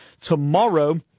tomorrow